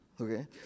Okay